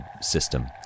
system